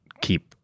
keep